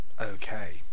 Okay